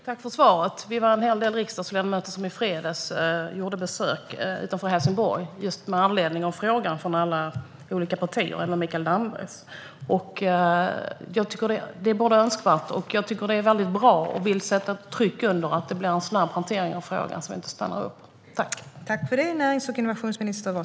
Fru talman! Tack för svaret! Vi var en hel del riksdagsledamöter som i fredags gjorde besök utanför Helsingborg just med anledning av frågan från olika partier, även Mikael Dambergs. Jag tycker att detta är både önskvärt och bra, och jag vill sätta tryck på att det blir en snabb hantering av frågan så att det inte stannar upp.